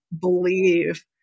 believe